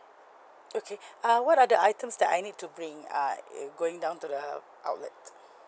okay uh what are the items that I need to bring uh if going down to the outlet